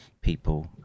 people